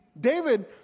David